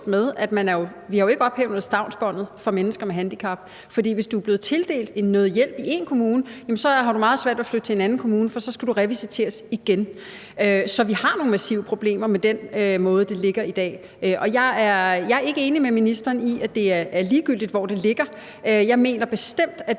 med, at vi jo ikke har ophævet stavnsbåndet for mennesker med handicap, for hvis du er blevet tildelt noget hjælp i en kommune, så har du meget svært ved at flytte til en anden kommune, for så skal du revisiteres igen. Så vi har nogle massive problemer med den måde, det ligger på i dag. Og jeg er ikke enig med ministeren i, at det er ligegyldigt, hvor det ligger. Jeg mener bestemt, det